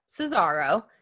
Cesaro